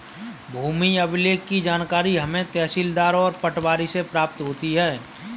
भूमि अभिलेख की जानकारी हमें तहसीलदार और पटवारी से प्राप्त होती है